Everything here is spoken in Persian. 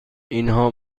اینها